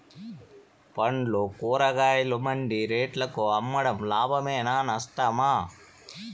పండ్లు కూరగాయలు మండి రేట్లకు అమ్మడం లాభమేనా నష్టమా?